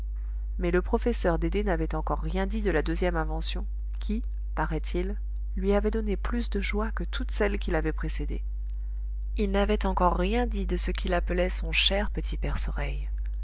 mais le professeur dédé n'avait encore rien dit de la deuxième invention qui paraît-il lui avait donné plus de joie que toutes celles qui l'avaient précédée il n'avait encore rien dit de ce qu'il appelait son cher petit